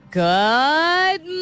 good